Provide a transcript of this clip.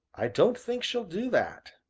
i don't think she'll do that,